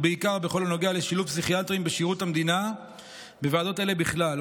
בנוגע לשילוב פסיכיאטרים בשירות המדינה בוועדות אלה בכלל,